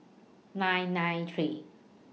nine nine three